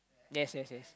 yes yes yes